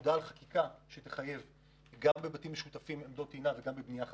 עבודה על חקיקה שתחייב עמדות טעינה בבתים משותפים ובבנייה חדשה.